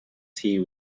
tea